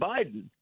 Biden